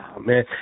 man